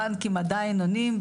הבנקים עדיין עונים,